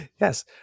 Yes